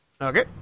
Okay